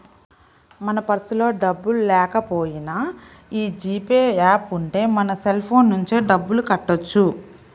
మన పర్సులో డబ్బుల్లేకపోయినా యీ జీ పే యాప్ ఉంటే మన సెల్ ఫోన్ నుంచే డబ్బులు కట్టొచ్చు